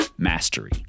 Mastery